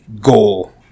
goal